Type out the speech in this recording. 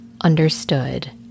understood